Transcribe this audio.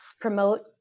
promote